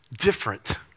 different